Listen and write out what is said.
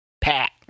Pat